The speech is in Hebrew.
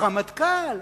הרמטכ"ל,